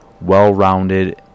well-rounded